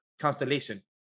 constellation